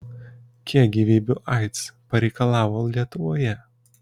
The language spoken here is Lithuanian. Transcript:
kiek gyvybių aids pareikalavo lietuvoje